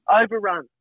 overrun